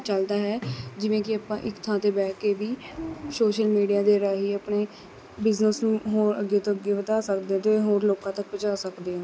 ਚੱਲਦਾ ਹੈ ਜਿਵੇਂ ਕਿ ਆਪਾਂ ਇੱਕ ਥਾਂ 'ਤੇ ਬਹਿ ਕੇ ਵੀ ਸ਼ੋਸ਼ਲ ਮੀਡੀਆ ਦੇ ਰਾਹੀਂ ਆਪਣੇ ਬਿਜ਼ਨੈੱਸ ਨੂੰ ਹੋਰ ਅੱਗੇ ਤੋਂ ਅੱਗੇ ਵਧਾ ਸਕਦੇ ਹੋ ਅਤੇ ਹੋਰ ਲੋਕਾਂ ਤੱਕ ਪਹੁੰਚਾ ਸਕਦੇ ਓਂ